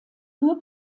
nur